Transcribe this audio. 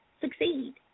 succeed